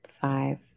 five